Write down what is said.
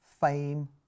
fame